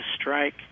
strike